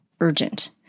urgent